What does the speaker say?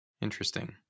Interesting